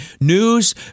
News